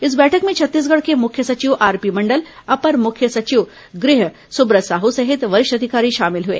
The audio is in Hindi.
इस बैठक में छत्तीसंगढ के मुख्य सचिव आरपी मंडल अपर मुख्य सचिव गृह सुब्रत साह सहित वरिष्ठ अधिकारी शामिल हुए